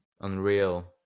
unreal